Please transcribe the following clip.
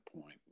point